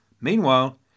Meanwhile